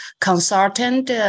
consultant